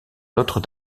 notre